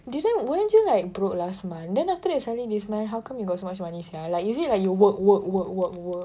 didn't weren't you like broke last month then after that suddenly this month how come you got so much money sia like is it like you work work work work work